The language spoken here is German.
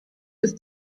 ist